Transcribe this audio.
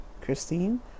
Christine